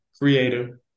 Creator